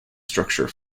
structure